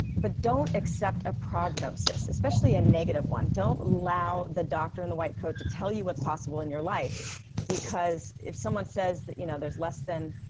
but don't accept a prognosis, especially a negative one don't allow the doctor in the white coat to tell you what's possible in your life because if someone says that you know there's less than